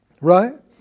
right